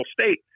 state